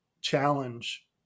challenge